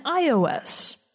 iOS